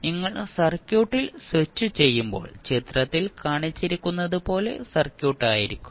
നിങ്ങൾ സർക്യൂട്ടിൽ സ്വിച്ചുചെയ്യുമ്പോൾ ചിത്രത്തിൽ കാണിച്ചിരിക്കുന്നതുപോലെ സർക്യൂട്ട് ആയിരിക്കും